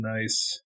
nice